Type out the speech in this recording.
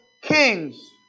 kings